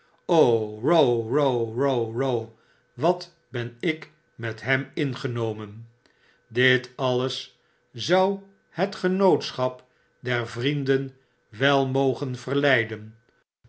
wat ben ik met hem ingenomen dit alleszouhet genootschap der vrienden wel mogen verleiden